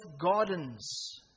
gardens